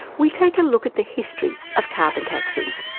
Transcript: we take a look at the history of carbon taxes,